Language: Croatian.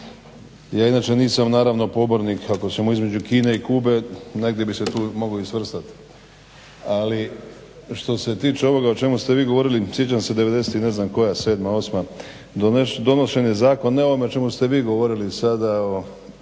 Ja inače nisam naravno pobornik ako između Kine i Kube, negdje bi se tu moglo i svrstat. Ali što se tiče ovoga o čemu ste vi govorili, sjećam se 97., '98., donošen je zakon ne o ovome o čemu ste vi govorili sada, o